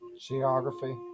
Geography